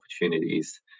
opportunities